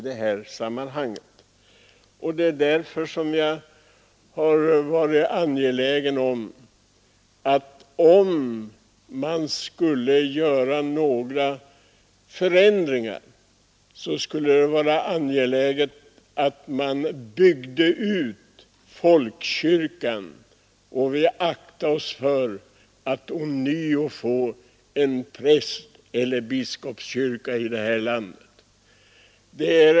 Det är därför som jag har varit angelägen om att skulle vi göra några förändringar, så borde vi bygga ut folkkyrkan och akta oss för att ånyo få en prästeller biskopskyrka i det här landet.